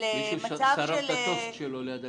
למצב בו יש